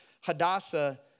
Hadassah